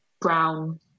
brown